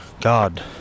God